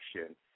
action